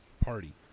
party